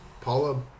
Paula